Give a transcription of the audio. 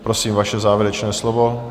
Prosím, vaše závěrečné slovo.